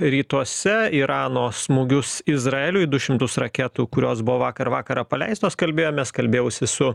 rytuose irano smūgius izraeliui du šimtus raketų kurios buvo vakar vakarą paleistos kalbėjomės kalbėjausi su